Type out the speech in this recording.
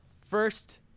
first